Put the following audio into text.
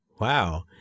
Wow